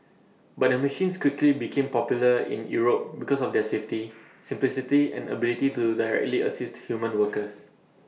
but the machines quickly became popular in Europe because of their safety simplicity and ability to directly assist human workers